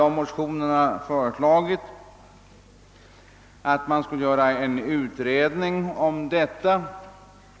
I motionerna har föreslagits en utredning härom.